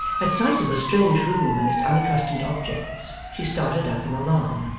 at sight of the strange room and its unaccustomed objects she started up in alarm,